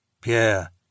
Pierre